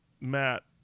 Matt